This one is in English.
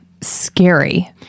scary